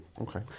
Okay